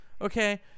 Okay